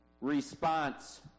response